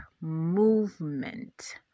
movement